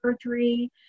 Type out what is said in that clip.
surgery